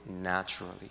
naturally